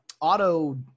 auto